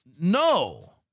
No